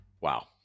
Wow